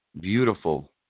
beautiful